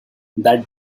that